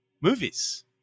movies